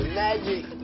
magic